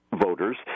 voters